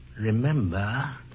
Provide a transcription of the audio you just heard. Remember